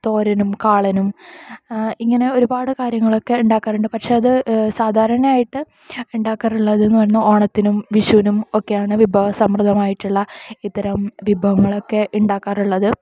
തോരനും കാളനും ഇങ്ങനെ ഒരുപാട് കാര്യങ്ങളൊക്കെ ഉണ്ടാക്കാറുണ്ട് പക്ഷെ അത് സാധാരണയായിട്ട് ഉണ്ടാക്കാറുള്ളത് എന്നു പറഞ്ഞാൽ ഓണത്തിനും വിഷുവിനും ഒക്കെയാണ് വിഭവ സമർഥമായിട്ടുള്ള ഇത്തരം വിഭവങ്ങളൊക്കെ ഉണ്ടാക്കാറുള്ളത്